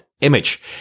image